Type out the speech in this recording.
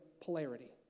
polarity